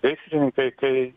gaisrininkai kai